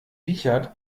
wiechert